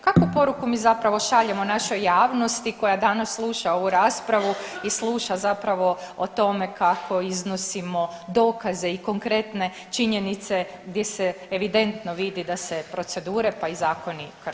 Kakvu poruku mi zapravo šaljemo našoj javnosti koja danas sluša ovu raspravu i sluša zapravo o tome kako iznosimo dokaze i konkretne činjenice gdje se evidentno vidi da se procedure, pa i zakoni krše?